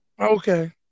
Okay